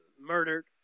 murdered